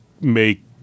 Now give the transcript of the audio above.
make